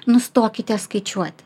nustokite skaičiuoti